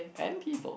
and people